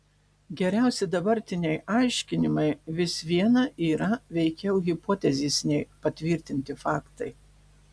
geriausi dabartiniai aiškinimai vis viena yra veikiau hipotezės nei patvirtinti faktai